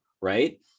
right